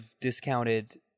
discounted